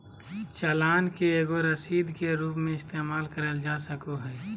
चालान के एगो रसीद के रूप मे इस्तेमाल करल जा सको हय